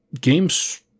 games